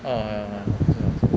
orh ya ya 是 lah 是 lah